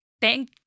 thank